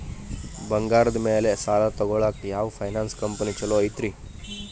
ಬಂಗಾರದ ಮ್ಯಾಲೆ ಸಾಲ ತಗೊಳಾಕ ಯಾವ್ ಫೈನಾನ್ಸ್ ಕಂಪನಿ ಛೊಲೊ ಐತ್ರಿ?